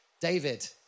David